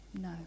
no